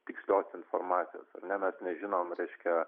tikslios informacijos ar ne mes nežinom reiškia